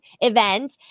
event